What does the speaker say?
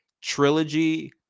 trilogy